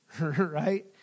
right